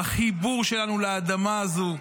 החיבור שלנו לאדמה הזו.